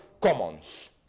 commons